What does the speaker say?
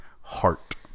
heart